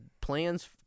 plans